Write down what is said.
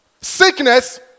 Sickness